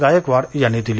गायकवाड यांनी दिली